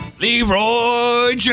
Leroy